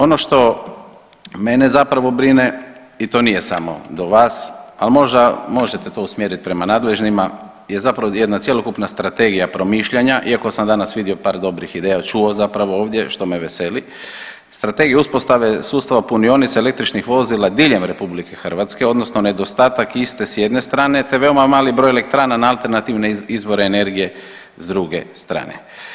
Ono što mene zapravo brine i to nije samo do vas, ali možda možete to usmjeriti prema nadležnima je zapravo jedna cjelokupna strategija promišljanja, iako sam danas vidio par dobrih ideja, čuo zapravo ovdje što me veseli, Strategije uspostave sustava punionica električnih vozila diljem RH odnosno nedostatak iste s jedne strane te veoma mali broj elektrana na alternativne izvore energije s druge strane.